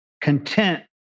content